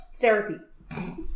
Therapy